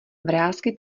vrásky